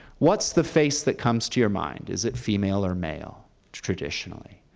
what's the face that comes to your mind? is it female or male traditionally?